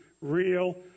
Real